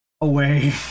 away